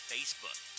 Facebook